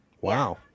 Wow